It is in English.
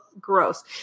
gross